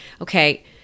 okay